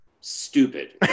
stupid